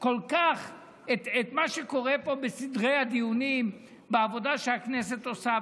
כל כך את מה שקורה פה בסדרי הדיונים בעבודה שהכנסת עושה.